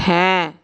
হ্যাঁ